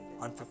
on